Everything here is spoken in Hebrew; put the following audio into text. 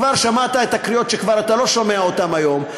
כבר שמעת את הקריאות שאתה כבר לא שומע אותן היום,